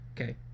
okay